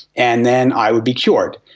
and then i would be cured.